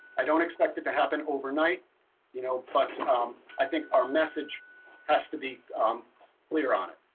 i don't expect it to happen overnight you know but i think our message has to be clear on it.